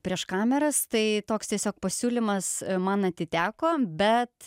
prieš kameras tai toks tiesiog pasiūlymas man atiteko bet